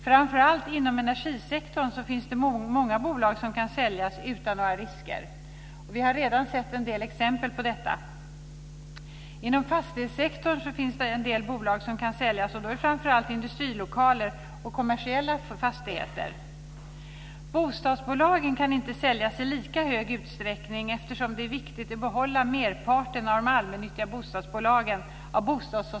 Framför allt inom energisektorn finns det många bolag som kan säljas utan några risker, och vi har redan sett en del exempel på detta. Inom fastighetssektorn finns det en del bolag som kan säljas, framför allt industrilokaler och kommersiella fastigheter. Bostadsbolagen kan inte säljas i lika stor utsträckning, eftersom det av bostadssociala skäl är viktigt att behålla merparten av de allmännyttiga bostadsbolagen.